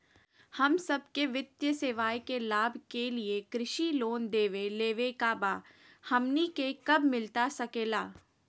हम सबके वित्तीय सेवाएं के लाभ के लिए कृषि लोन देवे लेवे का बा, हमनी के कब मिलता सके ला?